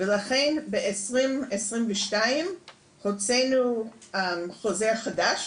ולכן ב-2022 הוצאנו חוזה חדש